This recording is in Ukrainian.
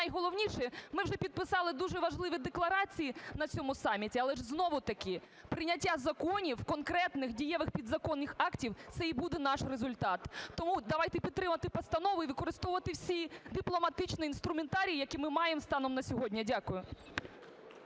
найголовніше, ми вже підписали дуже важливі декларації на цьому саміті. Але знову-таки прийняття законів, конкретних, дієвих підзаконних актів – це і буде наш результат. Тому давайте підтримувати постанову і використовувати всі дипломатичні інструментарії, які ми маємо станом на сьогодні. Дякую.